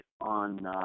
on